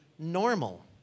Normal